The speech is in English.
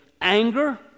anger